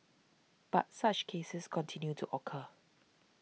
but such cases continue to occur